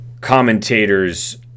commentator's